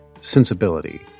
sensibility